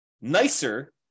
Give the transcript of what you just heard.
nicer